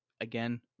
again